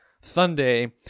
Sunday